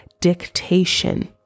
dictation